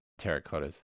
terracottas